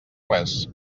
res